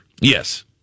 Yes